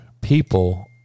people